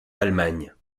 allemagne